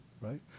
right